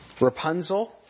Rapunzel